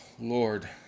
Lord